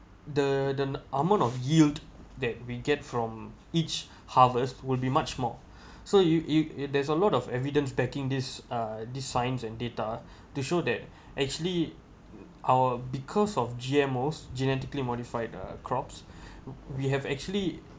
the the amount of yield that we get from each harvest will be much more so you you you there's a lot of evidence packing this uh this science and data to show that actually our because of G_M_O genetically modified uh crops we have actually